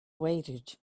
waited